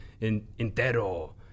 Entero